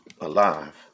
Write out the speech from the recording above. alive